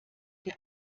der